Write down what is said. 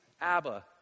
Abba